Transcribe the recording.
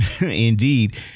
indeed